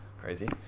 crazy